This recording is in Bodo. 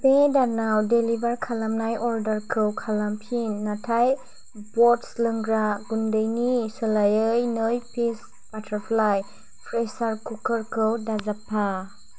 बे दानाव डेलिबार खालामनाय अर्डारखौ खालामफिन नाथाय बस्ट लोंग्रा गुन्दैनि सोलायै नै पिस बाटारफ्लाइ प्रेसार कुकारखौ दाजाबफा